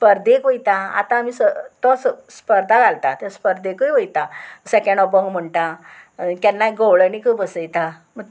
स्पर्देक वयता आतां आमी तो स्पर्धा घालता त्या स्पर्देकूय वयता सेकेंड अभंग म्हणटा केन्नाय गवळणीकूय बसयता